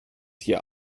hier